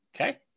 Okay